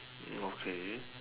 okay